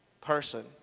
person